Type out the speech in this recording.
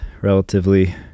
relatively